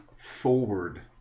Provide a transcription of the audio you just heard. forward